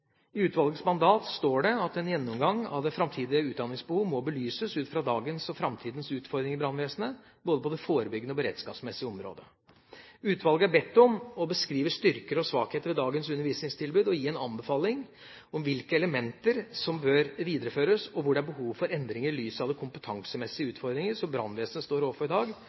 I utvalgets mandat står det at en gjennomgang av det framtidige utdanningsbehov må belyses ut fra dagens og framtidens utfordringer i brannvesenet både på det forebyggende og beredskapsmessige området. Utvalget er bedt om å beskrive styrker og svakheter ved dagens undervisningstilbud og gi en anbefaling om hvilke elementer som bør videreføres, og hvor det er behov for endringer i lys av de kompetansemessige utfordringer som brannvesenet står overfor i dag,